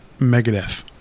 Megadeth